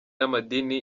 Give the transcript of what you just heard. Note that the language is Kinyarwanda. n’amadini